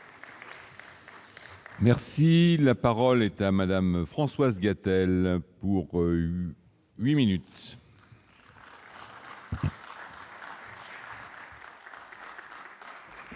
Merci, la parole est à madame Françoise guette-t-elle pour 8 minutes.